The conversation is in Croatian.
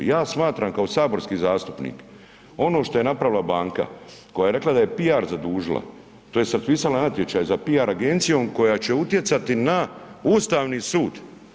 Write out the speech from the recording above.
Ja smatram kao saborski zastupnik ono što je napravila banka koja je rekla da je PR zadužila tj. raspisala natječaj za PR agencijom koja će utjecati na Ustavni sud.